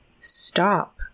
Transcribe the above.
stop